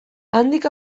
handik